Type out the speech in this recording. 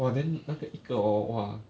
!wah! then 那个一个 hor !wah!